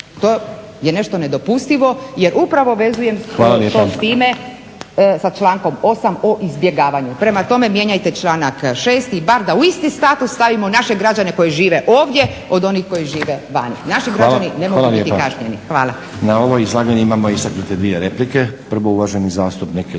To je nešto nedopustivo jer upravo vezujem to s time, sa člankom 8. o izbjegavanju. … /Upadica Stazić: Hvala lijepa./… Prema tome, mijenjajte članak 6. bar da u isti status stavimo naše građane koji žive ovdje od onih koji žive vani. Naši građani ne mogu biti kažnjeni. Hvala. **Stazić, Nenad (SDP)** Na ovo izlaganje imamo istaknute dvije replike. Prvo uvaženi zastupnik